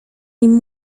nim